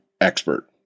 expert